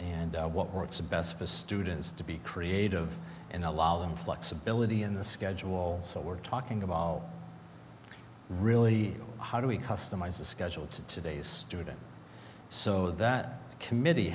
and what works best for students to be creative and allow them flexibility in the schedule so we're talking about really how do we customize the schedule to today's students so that the committee